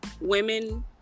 women